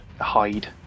hide